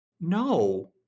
No